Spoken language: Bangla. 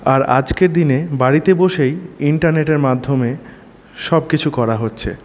আর আজকের দিনে বাড়িতে বসেই ইন্টারনেটের মাধ্যমে সবকিছু করা হচ্ছে